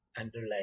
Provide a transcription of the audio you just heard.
underline